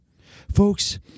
folks